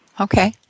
Okay